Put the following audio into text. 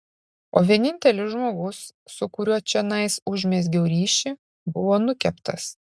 o vienintelis žmogus su kuriuo čionais užmezgiau ryšį buvo nukeptas